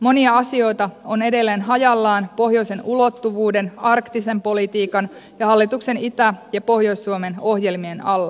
monia asioita on edelleen hajallaan pohjoisen ulottuvuuden arktisen politiikan ja hallituksen itä ja pohjois suomen ohjelmien alla